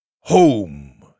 Home